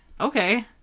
Okay